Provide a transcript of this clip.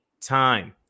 time